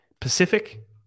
Pacific